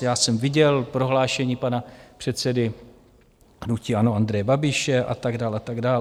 Já jsem viděl prohlášení pana předsedy hnutí ANO Andreje Babiše a tak dál, a tak dál.